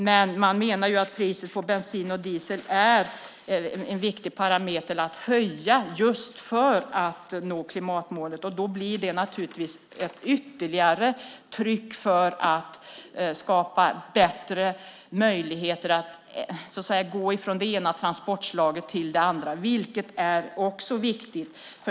Men man menar att priset på bensin och diesel är en viktig parameter och att det måste höjas för att nå klimatmålet. Det skapar givetvis ett ytterligare tryck på att skapa bättre möjligheter att gå från det ena transportslaget till det andra, vilket också är viktigt.